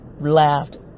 laughed